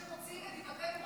אחרי שמוציאים את דיבתנו